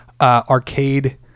arcade